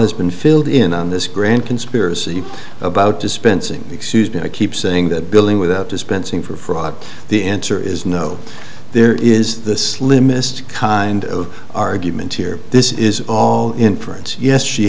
has been filled in on this grand conspiracy about dispensing excuse to keep saying that building with dispensing for fraud the answer is no there is the slimmest kind of argument here this is all inference yes she